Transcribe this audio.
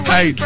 Hey